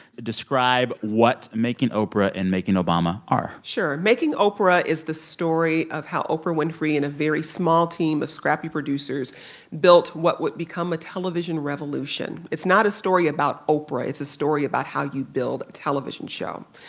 describe what making oprah and making obama are sure. making oprah is the story of how oprah winfrey and a very small team of scrappy producers built what would become a television revolution. it's not a story about oprah. it's a story about how you build a television show.